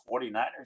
49ers